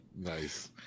Nice